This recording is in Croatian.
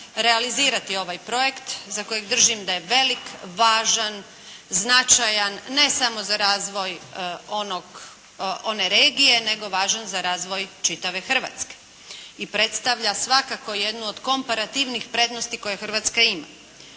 realizirati ovaj projekt za kojeg držim da je velik, važan, značajan ne samo za razvoj one regije, nego važan za razvoj čitave Hrvatske. I predstavlja svakako jednu od komparativnih prednosti koje Hrvatska ima.